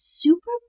super